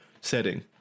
setting